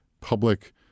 public